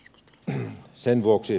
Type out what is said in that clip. teen sen vuoksi